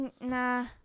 nah